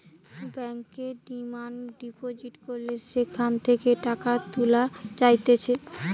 ব্যাংকে demand deposit করলে সেখান থেকে টাকা তুলা যাইতেছে